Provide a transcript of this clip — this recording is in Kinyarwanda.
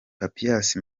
papias